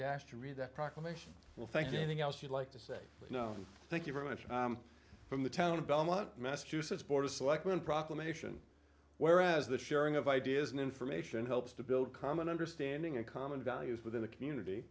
das to read that proclamation well thank you anything else you'd like to say no thank you very much from the town in belmont massachusetts board of selectmen proclamation whereas the sharing of ideas and information helps to build common understanding and common values within the community